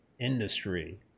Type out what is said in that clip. industry